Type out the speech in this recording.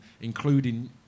including